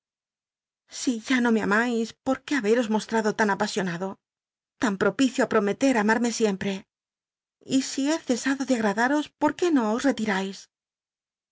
si ya no me amais por qué haberos most rado tan apasionado a propicio a prometer amarme siempre si he cesado de agmdaros por qué no os